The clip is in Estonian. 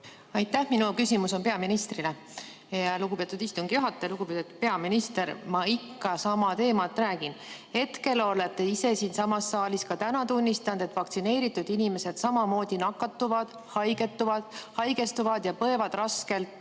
Aitäh! Minu küsimus on peaministrile. Lugupeetud istungi juhataja! Lugupeetud peaminister! Ma ikka samal teemal räägin. Olete ise siinsamas saalis ka täna tunnistanud, et vaktsineeritud inimesed samamoodi nakatuvad, haigestuvad ja põevad raskelt